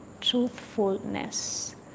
truthfulness